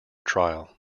trial